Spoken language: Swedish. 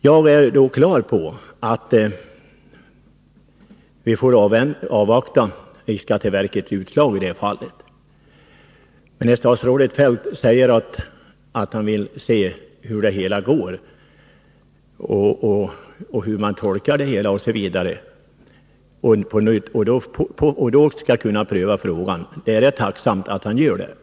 Jag är på det klara med att vi får avvakta riksskatteverkets utslag. Statsrådet Feldt säger att han först vill se hur det hela går, vilken tolkning som görs osv. för att sedan kunna pröva frågan. Jag är tacksam om han gör det.